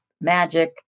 Magic